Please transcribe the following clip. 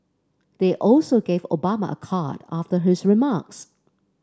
they also gave Obama a card after his remarks